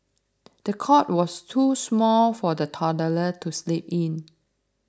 the cot was too small for the toddler to sleep in